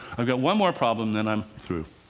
i've got one more problem, then i'm through.